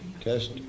test